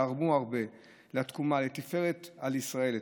ותרמו הרבה לתקומה, לתפארת עם ישראל.